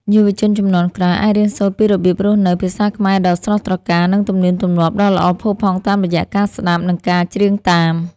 យុវជនជំនាន់ក្រោយអាចរៀនសូត្រពីរបៀបរស់នៅ ភាសាខ្មែរដ៏ស្រស់ត្រកាល និងទំនៀមទម្លាប់ដ៏ល្អផូរផង់តាមរយៈការស្តាប់ និងការច្រៀងតាម។